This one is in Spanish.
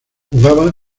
jugaba